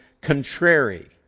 contrary